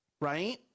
right